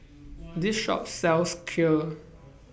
This Shop sells Kheer